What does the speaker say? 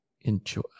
enjoy